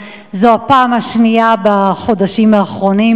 זו הפעם השנייה בחודשים האחרונים.